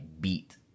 beat